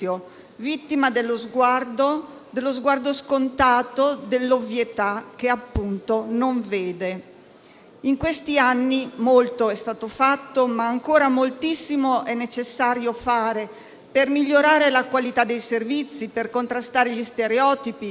vittima dello sguardo scontato, dell'ovvietà che, appunto, non vede. In questi anni molto è stato fatto, ma ancora moltissimo è necessario fare per migliorare la qualità dei servizi, per contrastare gli stereotipi,